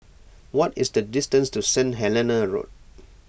what is the distance to Saint Helena Road